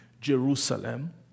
Jerusalem